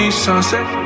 sunset